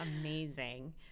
amazing